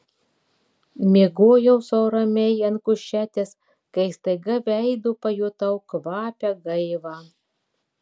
miegojau sau ramiai ant kušetės kai staiga veidu pajutau kvapią gaivą